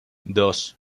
dos